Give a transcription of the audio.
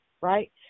right